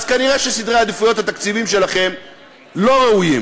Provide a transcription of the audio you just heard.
אז כנראה סדרי העדיפויות התקציביים שלכם לא ראויים.